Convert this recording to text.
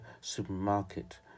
supermarket